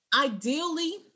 Ideally